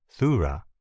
thura